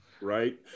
Right